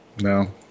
no